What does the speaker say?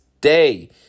day